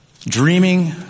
Dreaming